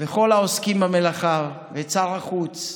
וכל העוסקים במלאכה, את שר החוץ,